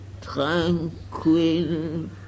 tranquil